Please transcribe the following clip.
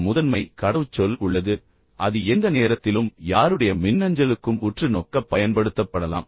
ஒரு முதன்மை கடவுச்சொல் உள்ளது அது எந்த நேரத்திலும் யாருடைய மின்னஞ்சலுக்கும் உற்று நோக்க பயன்படுத்தப்படலாம்